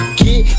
get